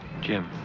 Jim